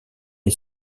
est